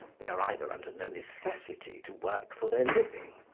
they are either under no necessity to work for their living,